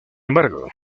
embargo